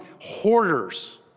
hoarders